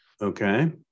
Okay